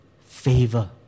favor